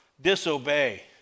disobey